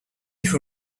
who